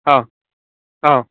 हां हां